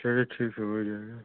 चलिए ठीक है हो जाएगा